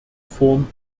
form